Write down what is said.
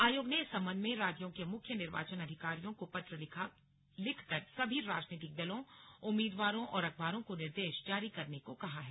आयोग ने इस सम्बन्ध में राज्यों के मुख्य निर्वाचन अधिकारियों को पत्र लिखा कर सभी राजनीतिक दलों उम्मीदवारों और अखबारों को निर्देश जारी करने को कहा है